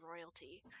royalty